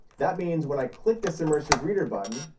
that means when i click this immersive reader button,